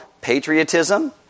patriotism